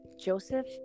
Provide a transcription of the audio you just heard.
Joseph